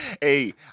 Hey